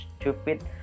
stupid